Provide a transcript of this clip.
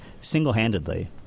single-handedly